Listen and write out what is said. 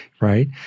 right